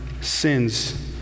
sins